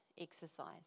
exercise